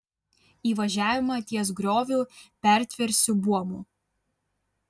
įvažiavimą ties grioviu pertversiu buomu